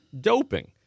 doping